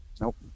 Nope